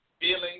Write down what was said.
Feeling